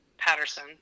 Patterson